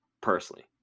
personally